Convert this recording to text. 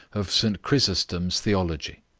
of st chrysostom's theology.